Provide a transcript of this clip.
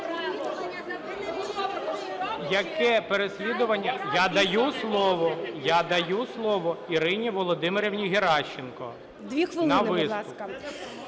Я даю слово Ірині Володимирівні Геращенко на виступ.